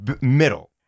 middle